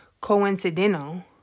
coincidental